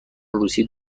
روسی